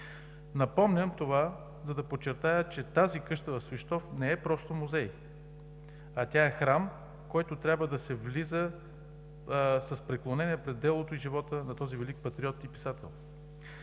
Напомням това, за да подчертая, че тази къща в Свищов не е просто музей, а тя е храм, в който трябва да се влиза с преклонение пред делото и живота на този велик патриот и писател.